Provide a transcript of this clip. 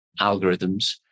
algorithms